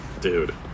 dude